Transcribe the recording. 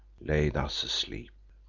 lay thus asleep.